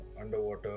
underwater